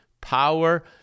power